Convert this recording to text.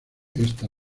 esta